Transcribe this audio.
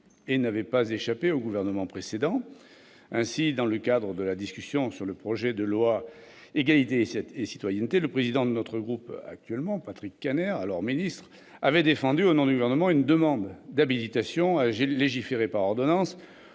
et n'avait pas échappé au gouvernement précédent. Ainsi, dans le cadre de la discussion du projet de loi relatif à l'égalité et à la citoyenneté, le président de notre groupe Patrick Kanner, alors ministre, avait défendu, au nom du Gouvernement, une demande d'habilitation à légiférer par ordonnance